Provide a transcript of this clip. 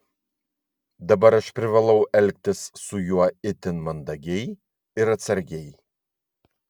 dabar aš privalau elgtis su juo itin mandagiai ir atsargiai